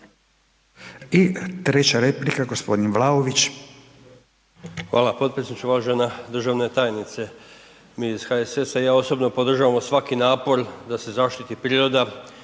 I treća replika, g. Vlaović.